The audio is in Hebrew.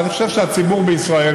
ואני חושב שהציבור בישראל,